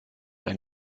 ein